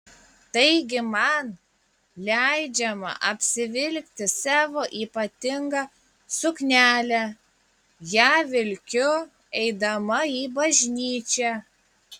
taigi man leidžiama apsivilkti savo ypatingą suknelę ją vilkiu eidama į bažnyčią